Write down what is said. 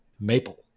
maple